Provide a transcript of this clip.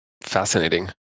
Fascinating